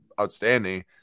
outstanding